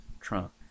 Trump